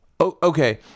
Okay